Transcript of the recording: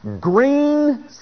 Green